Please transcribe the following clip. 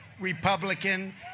Republican